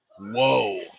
Whoa